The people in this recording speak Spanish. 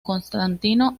constantino